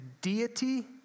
deity